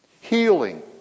healing